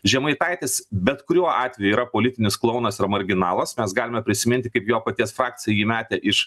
žemaitaitis bet kuriuo atveju yra politinis klounas ir marginalas mes galime prisiminti kaip jo paties frakcija jį metė iš